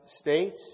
states